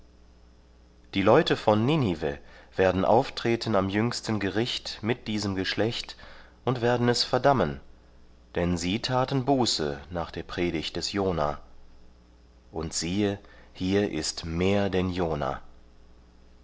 die leute von ninive werden auftreten am jüngsten gericht mit diesem geschlecht und werden es verdammen denn sie taten buße nach der predigt des jona und siehe hier ist mehr denn jona